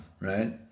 right